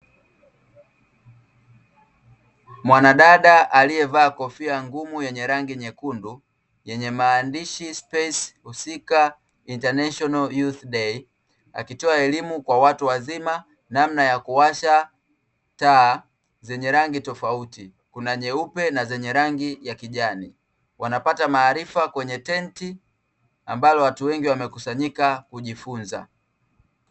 Mwanadada aliyevaa kofia ngumu yenye rangi nyekundu yenye maandishi "space husika international youth day" akitoa elimu kwa watu wazima namna ya kuwasha taa zenye rangi tofauti kuna nyeupe na zenye rangi ya kijani wanapata maarifa kwenye tenti ambalo watu wengi wamekusanyika kujifunza.